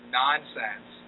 nonsense